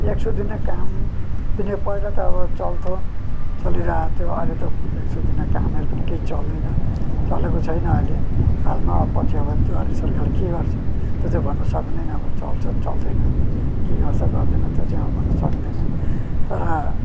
एक सौ दिने काम पनि पहिला त अब चल्थ्यो चलिरहेको थियो तर अहिले त एक सौ दिने कामहरू पनि केही चल्दैन चलेको छैन अहिले हालमा पछि अब द्वारे सरकारले के गर्छ के छ त्यो चाहिँ भन्नु सकिँदैन चल्छ चल्दैन के गर्छ गर्दैन त्यो चाहिँ अब भन्न सकिँदैन तर